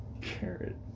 Carrot